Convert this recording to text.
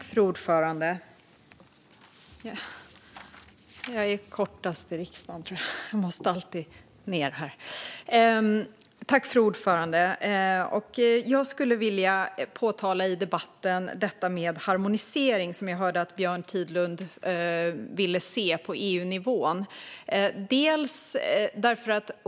Fru talman! Jag skulle vilja ta upp detta med harmonisering, något som jag hörde att Björn Tidland ville se på EU-nivå.